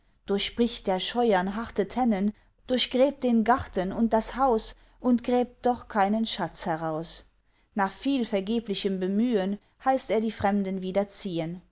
können durchbricht der scheuern harte tennen durchgräbt den garten und das haus und gräbt doch keinen schatz heraus nach viel vergeblichem bemühen heißt er die fremden wieder